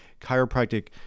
Chiropractic